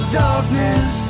darkness